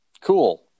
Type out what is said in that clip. cool